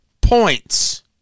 points